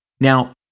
Now